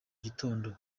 gitondo